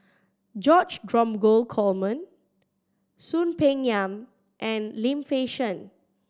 George Dromgold Coleman Soon Peng Yam and Lim Fei Shen